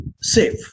safe